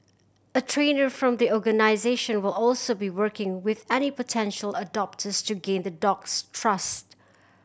a trainer from the organisation will also be working with any potential adopters to gain the dog's trust